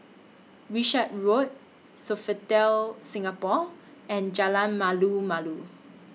Wishart Road Sofitel Singapore and Jalan Malu Malu